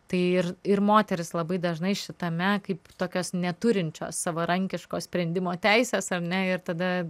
tai ir ir moterys labai dažnai šitame kaip tokios neturinčios savarankiško sprendimo teisės ar ne ir tada